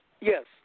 Yes